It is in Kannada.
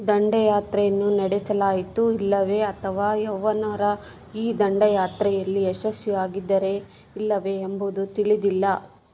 ದಂಡಯಾತ್ರೆಯನ್ನು ನಡೆಸಲಾಯಿತು ಇಲ್ಲವೇ ಅಥವಾ ಯವನರ ಈ ದಂಡಯಾತ್ರೆಯಲ್ಲಿ ಯಶಸ್ವಿಯಾಗಿದ್ದರೇ ಇಲ್ಲವೇ ಎಂಬುದು ತಿಳಿದಿಲ್ಲ